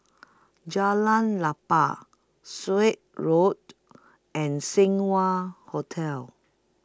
Jalan Klapa Sut Avenue and Seng Wah Hotel